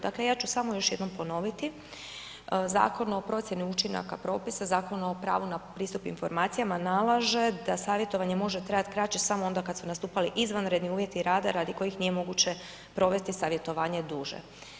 Dakle ja ću samo još jednom ponoviti, Zakon o procjeni učinaka propisa, Zakon o pravu na pristup informacijama nalaže da savjetovanje može trajat kraće samo onda kad su nastupali izvanredni uvjeti rada radi kojih nije moguće provesti savjetovanje duže.